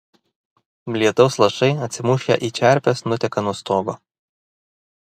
lietaus lašai atsimušę į čerpes nuteka nuo stogo